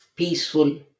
Peaceful